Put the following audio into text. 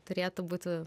turėtų būti